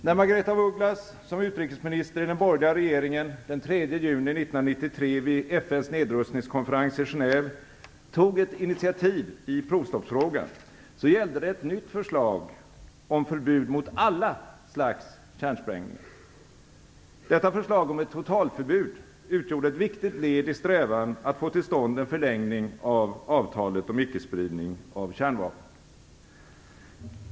När Margaretha af Ugglas som utrikesminister i den borgerliga regeringen den 3 juni 1993 vid FN:s nedrustningskonferens i Genève tog ett initiativ i provstoppsfrågan, gällde det ett nytt förslag om förbud mot alla slags kärnsprängningar. Detta förslag om ett totalförbud utgjorde ett viktigt led i strävan att få till stånd en förlängning av avtalet om ickespridning av kärnvapen.